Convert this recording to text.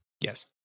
Yes